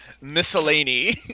miscellany